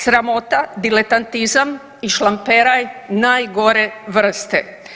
Sramota, diletantizam i šlamperaj najgore vrste.